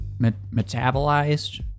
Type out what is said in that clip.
metabolized